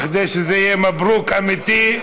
כדי שזה יהיה מברוכ אמיתי,